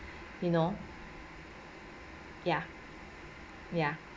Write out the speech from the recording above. you know ya ya